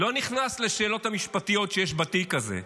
אני לא נכנס לשאלות המשפטיות שיש בתיק הזה,